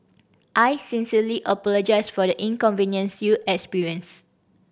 I sincerely apologise for the inconvenience you experienced